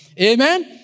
Amen